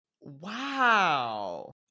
Wow